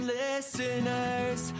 listeners